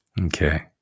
Okay